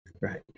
Right